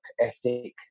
ethic